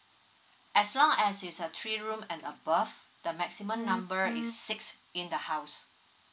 as long as is a three room and above the maximum number is six in the house